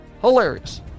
Hilarious